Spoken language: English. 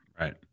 Right